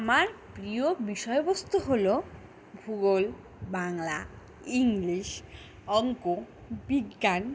আমার প্রিয় বিষয়বস্তু হলো ভূগোল বাংলা ইংলিশ অঙ্ক বিজ্ঞান